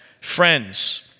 friends